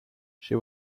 she